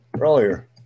earlier